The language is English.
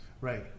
Right